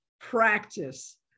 practice